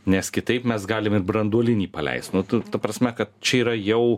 nes kitaip mes galim ir branduolinį paleist nu ta prasme kad čia yra jau